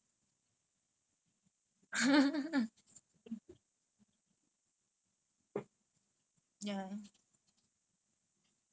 then everyday I I teach her tamil but interesting lah like you don't see like chinese people take tamil right ya interesting இருக்கும்:irukkum